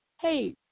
hey